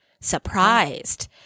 surprised